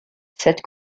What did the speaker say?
cette